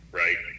right